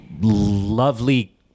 lovely